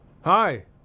Hi